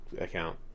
account